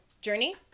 Journey